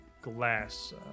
glass